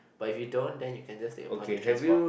but if you don't then you can just take a public transport